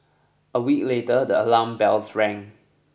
a week later the alarm bells rang